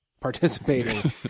participating